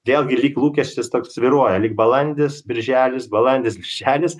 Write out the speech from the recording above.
vėlgi lyg lūkestis toks svyruoja lyg balandis birželis balandis birželis